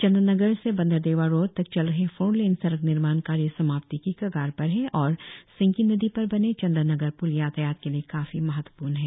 चंदन नगर से बंदरदेवा रोड तक चल रहे फोर लेन सड़क निर्माण कार्य समाप्ति की कगार पर है और सेंकी नदी पर बने चंदन नगर प्ल यातायात के लिए काफी महत्वपूर्ण है